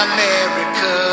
America